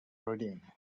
reading